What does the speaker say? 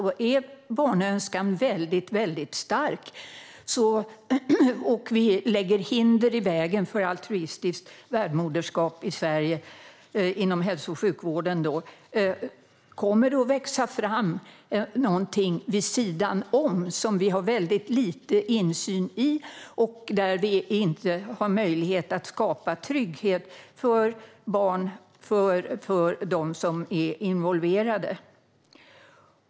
Om barnönskan är mycket stark och vi lägger hinder i vägen för altruistiskt värdmoderskap inom hälso och sjukvården i Sverige kommer det att växa fram någonting vid sidan om som vi har väldigt lite insyn i och där vi inte har möjlighet att skapa trygghet för de barn som är involverade.